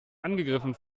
angegriffen